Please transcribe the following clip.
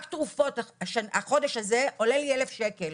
רק על תרופות בחודש הזה עולות לי כ-1,000 ₪,